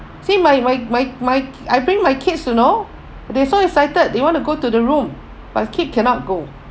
see my my my my I bring my kids you know they so excited they want to go to the room but keep cannot go